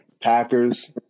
Packers